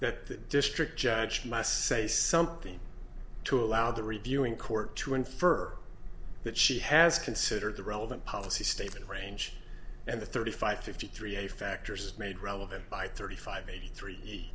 d that district judge must say something to allow the reviewing court to infer that she has considered the relevant policy statement range and the thirty five fifty three a factors made relevant by thirty five eighty three